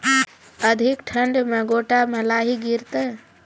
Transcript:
अधिक ठंड मे गोटा मे लाही गिरते?